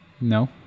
no